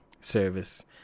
service